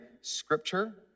Scripture